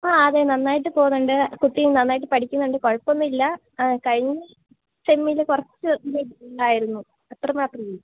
അ അതെ നന്നായിട്ട് പോകുന്നുണ്ട് കുട്ടി നന്നായിട്ട് പഠിക്കുന്നുണ്ട് കുഴപ്പമൊന്നും ഇല്ല അ കഴിഞ്ഞ സെമിൽ കുറച്ച് ഉണ്ടായിരുന്നു അത്രമാത്രമേ ഉള്ളു